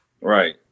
Right